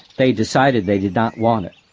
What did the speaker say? they decided they did not want it.